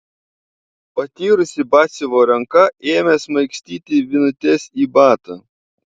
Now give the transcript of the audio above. patyrusi batsiuvio ranka ėmė smaigstyti vinutes į batą